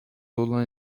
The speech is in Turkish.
olan